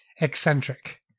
eccentric